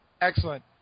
Excellent